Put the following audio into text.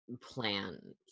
plan